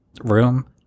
room